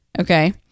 Okay